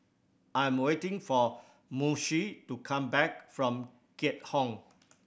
I am waiting for Moshe to come back from Keat Hong